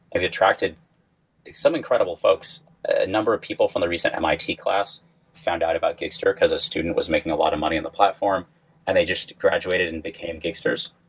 maybe attracted some incredible folks. a number of people from the recent mit class found out about gigster, because a student was making a lot of money in the platform and they just graduated and became gisters.